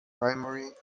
primary